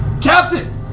Captain